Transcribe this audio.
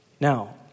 Now